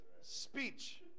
speech